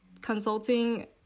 consulting